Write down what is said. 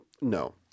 No